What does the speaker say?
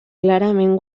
clarament